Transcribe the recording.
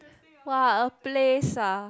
!wah! a place ah